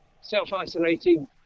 self-isolating